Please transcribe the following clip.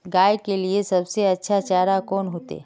गाय के लिए सबसे अच्छा चारा कौन होते?